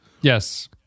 Yes